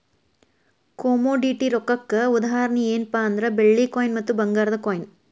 commodity ರೊಕ್ಕಕ್ಕ ಉದಾಹರಣಿ ಯೆನ್ಪಾ ಅಂದ್ರ ಬೆಳ್ಳಿ ಕಾಯಿನ್ ಮತ್ತ ಭಂಗಾರದ್ ಕಾಯಿನ್